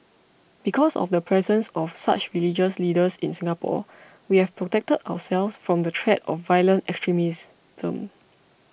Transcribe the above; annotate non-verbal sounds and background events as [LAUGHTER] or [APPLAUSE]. because of the presence of such religious leaders in Singapore we have protected ourselves from the threat of violent [UNINTELLIGIBLE]